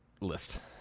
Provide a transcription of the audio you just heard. list